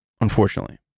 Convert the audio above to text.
unfortunately